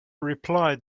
replied